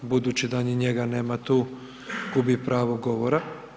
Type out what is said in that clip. Budući da ni njega nema tu, gubi pravo govora.